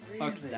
Okay